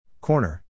Corner